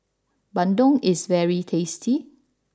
Bandung is very tasty